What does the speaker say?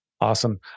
Awesome